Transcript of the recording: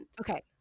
Okay